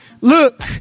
look